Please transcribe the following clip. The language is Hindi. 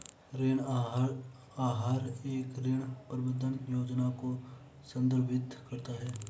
ऋण आहार एक ऋण प्रबंधन योजना को संदर्भित करता है